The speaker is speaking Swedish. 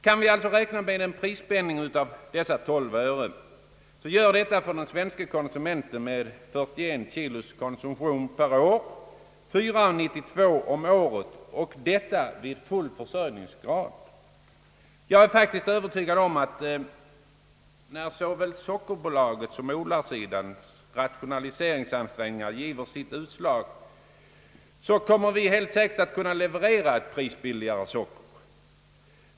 Kan vi alltså räkna med en prisspänning av 12 öre gör detta för den svenske konsumenten med en konsumtion av 41 kilo per år 4 kronor 92 öre om året, och detta vid full försörjningsgrad. Jag är faktiskt övertygad om att när såväl sockerbolagets som odlarsidans rationaliseringsansträngningar ger sitt utslag, kommer vi helt säkert att kunna leverera ett prisbilligare socker.